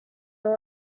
all